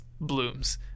blooms